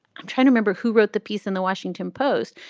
um try to remember who wrote the piece in the washington post.